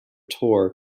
tour